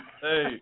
Hey